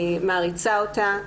אני מעריצה אותה,